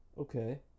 Okay